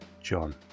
John